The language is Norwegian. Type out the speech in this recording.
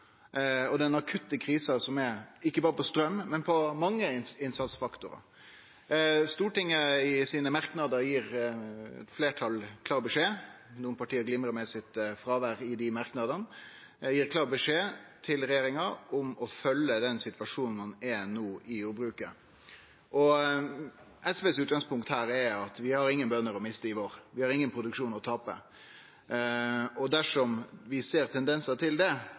og den akutte krisa som er, ikkje berre på straum, men på mange innsatsfaktorar. I merknadene gjev Stortinget fleirtalet klar beskjed – nokre parti glimrar med sitt fråvere i dei merknadene – til regjeringa om å følgje den situasjonen ein no er i i jordbruket. SVs utgangspunkt er at vi har ingen bønder å miste i vår, vi har ingen produksjon å tape. Dersom vi ser tendensar til at den dyrtida vi er inne i no, fører til det,